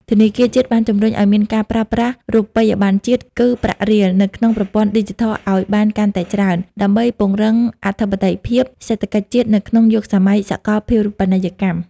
ធនាគារជាតិបានជម្រុញឱ្យមានការប្រើប្រាស់ រូបិយបណ្ណជាតិ គឺប្រាក់រៀល នៅក្នុងប្រព័ន្ធឌីជីថលឱ្យបានកាន់តែច្រើន ដើម្បីពង្រឹងអធិបតេយ្យភាពសេដ្ឋកិច្ចជាតិនៅក្នុងយុគសម័យសកលភាវូបនីយកម្ម។